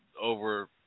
over